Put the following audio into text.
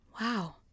Wow